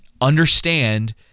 Understand